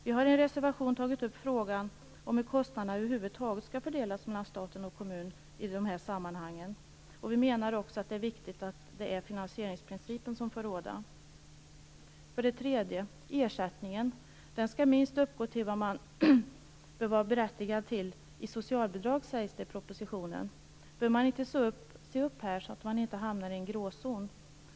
Vi har i en reservation tagit upp frågan om hur kostnaderna över huvud taget skall fördelas mellan staten och kommunerna i de här sammanhangen, och vi menar också att det är viktigt att finansieringsprincipen får råda. För det tredje skall ersättningen uppgå till minst vad man kan vara berättigad till i socialbidrag, sägs det i propositionen. Bör man inte se upp här, så att man inte hamnar i en gråzon?